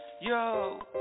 yo